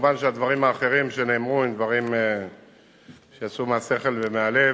מובן שהדברים האחרים שנאמרו הם דברים שיצאו מהשכל ומהלב.